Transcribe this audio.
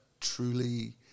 truly